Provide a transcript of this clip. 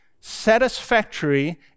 satisfactory